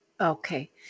Okay